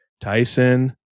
Tyson